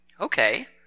Okay